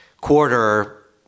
quarter